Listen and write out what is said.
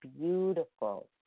beautiful